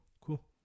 cool